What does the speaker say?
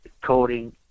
coding